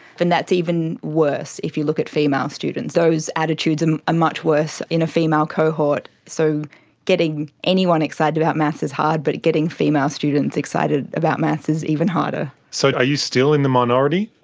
and that's even worse if you look at female students. those attitudes are and much worse in a female cohort. so getting anyone excited about maths is hard but getting female students excited about maths is even harder. so are you still in the minority?